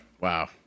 Wow